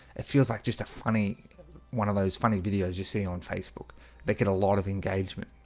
it feels like just a funny one of those funny videos. you see on facebook they get a lot of engagement.